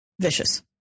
vicious